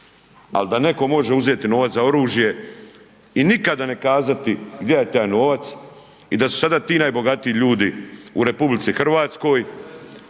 ali da neko može uzeti novac za oružje i nikada ne kazati gdje je taj novac i da su sada ti najbogatiji ljudi u RH. to